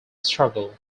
struggle